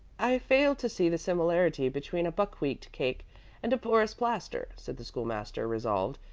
i fail to see the similarity between a buckwheat cake and a porous plaster, said the school-master, resolved,